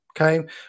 Okay